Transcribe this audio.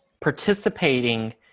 Participating